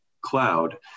cloud